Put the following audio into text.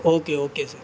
okay okay sir